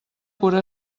cura